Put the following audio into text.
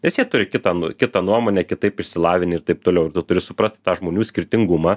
nes jie turi kitą kitą nuomonę kitaip išsilavinę ir taip toliau ir tu turi suprasti tą žmonių skirtingumą